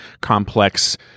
complex